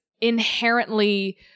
inherently